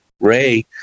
Ray